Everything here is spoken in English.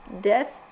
Death